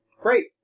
Great